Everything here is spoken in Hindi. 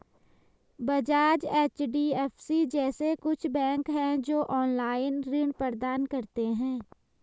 बजाज, एच.डी.एफ.सी जैसे कुछ बैंक है, जो ऑनलाईन ऋण प्रदान करते हैं